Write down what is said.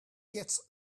gets